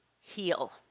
heal